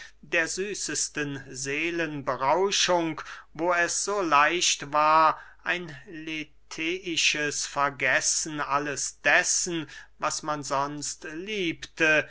der süßesten seelenberauschung wo es so leicht war ein letheisches vergessen alles dessen was man sonst liebte